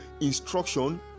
instruction